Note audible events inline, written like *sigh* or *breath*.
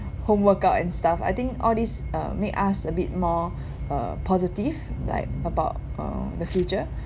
home workout and stuff I think all these uh make us a bit more *breath* uh positive like about uh the future